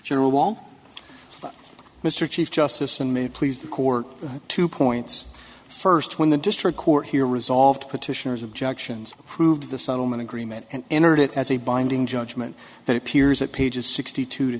general walker mr chief justice and may please the court two points first when the district court here resolved petitioners objections proved the settlement agreement and entered it as a binding judgment that appears at pages sixty two to